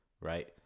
Right